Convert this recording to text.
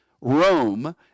Rome